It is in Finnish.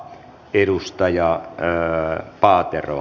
arvoisa puhemies